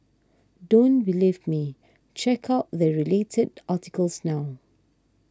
don't believe me check out the related articles now